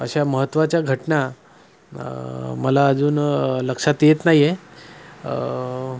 अशा महत्त्वाच्या घटना मला अजून लक्षात येत नाही आहे